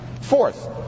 Fourth